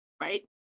Right